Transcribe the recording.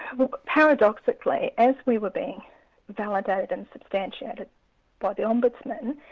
well paradoxically, as we were being validated and substantiated by the ombudsman,